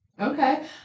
Okay